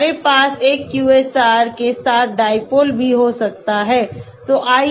तो हमारे पास एक QSAR के साथ dipole भी हो सकते हैं